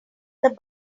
that